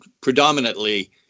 predominantly